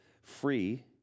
free